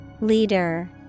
Leader